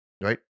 right